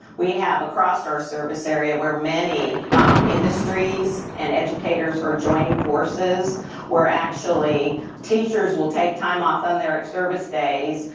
we have, across our service area, where many industries and educators are joining forces where actually teachers will take time off from and their service days,